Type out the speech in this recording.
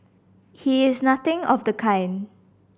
he is nothing of the kind